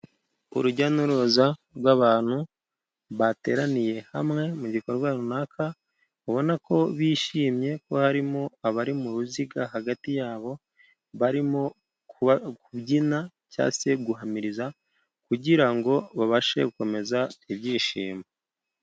Urujya n'uruza rw'abantu bateraniye hamwe mu gikorwa runaka, ubona ko bishimye ko harimo abari mu ruziga hagati yabo, barimo kubyina cyangwa se guhamiriza, kugira ngo babashe gukomeza ibyishimo.